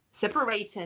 separated